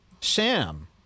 Sam